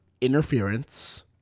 interference